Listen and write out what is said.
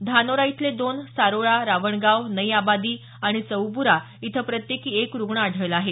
धानोरा इथले दोन सारोळा रावणगाव नई आबादी आणि चौब्रा इथं प्रत्येकी एक रुग्ण आढळला आहे